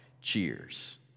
Cheers